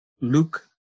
luke